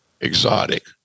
exotic